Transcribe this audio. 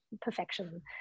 perfection